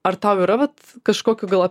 ar tau yra vat kažkokių gal